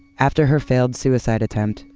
after her failed suicide attempt,